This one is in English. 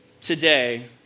today